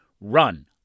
RUN